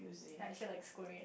I actually likes Korean